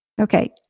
Okay